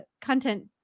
content